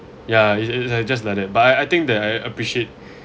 ya it's it's just like that but I I think that I appreciate